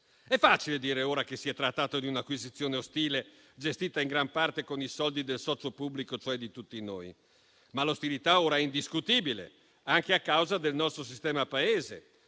È facile dire ora che si è trattato di un'acquisizione ostile gestita in gran parte con i soldi del socio pubblico, cioè di tutti noi. Ma l'ostilità ora è indiscutibile anche a causa del nostro sistema Paese;